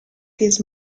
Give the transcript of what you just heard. his